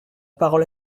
parole